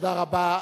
תודה רבה.